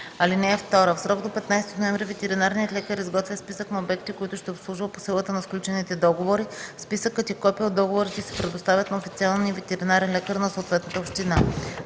с БВС. (2) В срок до 15 ноември ветеринарният лекар изготвя списък на обектите, които ще обслужва по силата на сключените договори. Списъкът и копие от договорите се предоставят на официалния ветеринарен лекар на съответната община.